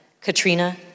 Katrina